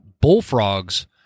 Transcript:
bullfrogs